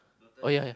oh ya ya